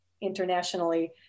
internationally